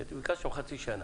כי אתם ביקשתם חצי שנה.